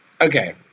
okay